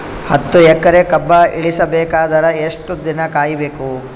ಹತ್ತು ಎಕರೆ ಕಬ್ಬ ಇಳಿಸ ಬೇಕಾದರ ಎಷ್ಟು ದಿನ ಕಾಯಿ ಬೇಕು?